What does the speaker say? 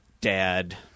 Dad